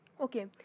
Okay